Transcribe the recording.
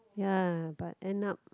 ya but end up